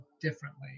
differently